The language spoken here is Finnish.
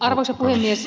arvoisa puhemies